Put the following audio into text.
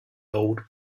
old